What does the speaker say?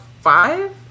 five